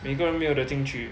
每个人没有的进去